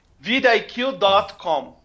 vidiq.com